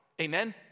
Amen